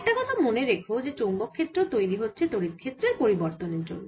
একটা কথা মনে রেখো যে চৌম্বক ক্ষেত্র তৈরি হচ্ছে তড়িৎ ক্ষেত্রের পরিবর্তনের জন্য